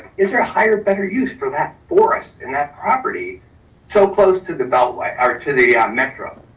is there a higher better use for that forest and that property so close to the beltway or to the um metro.